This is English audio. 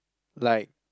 like